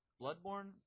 Bloodborne